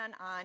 on